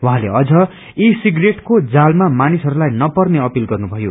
उसँले अन्न ई सिप्रेटको जालमा मानिसहरूलाई नपर्ने अपिल गर्नुभयो